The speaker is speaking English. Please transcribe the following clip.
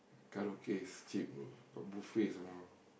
karaoke cheap oh got buffet some more